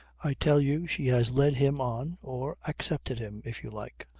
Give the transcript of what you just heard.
i tell you she has led him on, or accepted him, if you like,